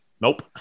Nope